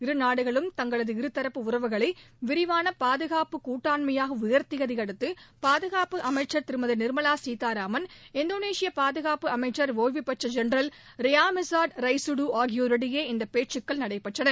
இருநாடுகளும் தங்களது இருதரப்பு உறவுகளை விரிவான பாதுகாப்பு கூட்டாண்மையாக உயர்த்தியதை அடுத்து பாதுகாப்பு அமைச்சர் திருமதி நிர்மலா சீதாராமன் இந்தோனேஷியா பாதுகாப்பு அமைச்சர் ஓய்வு பெற்ற ஜென்ரல் ரியாமிஜாடு ரைசுடு ஆகியோருடையே இந்த பேச்சுக்கள் நடைபெற்றன